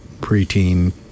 preteen